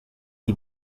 die